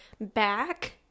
back